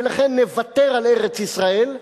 ולכן נוותר על ארץ-ישראל,